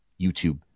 YouTube